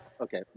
Okay